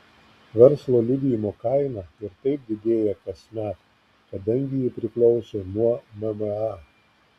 verslo liudijimo kaina ir taip didėja kasmet kadangi ji priklauso nuo mma